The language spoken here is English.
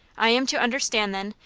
i am to understand, then,